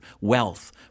Wealth